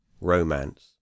romance